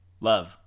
Love